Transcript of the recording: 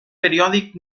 periòdic